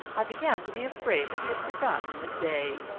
i began to be afraid that he had forgotten the day,